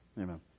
Amen